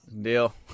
Deal